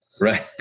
Right